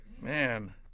Man